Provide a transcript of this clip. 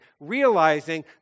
realizing